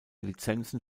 lizenzen